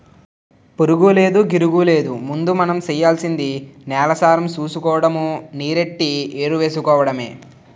పురుగూలేదు, గిరుగూలేదు ముందు మనం సెయ్యాల్సింది నేలసారం సూసుకోడము, నీరెట్టి ఎరువేసుకోడమే